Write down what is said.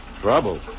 Trouble